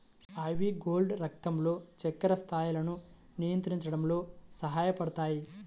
ivy gourd రక్తంలో చక్కెర స్థాయిలను నియంత్రించడంలో సహాయపడతాయి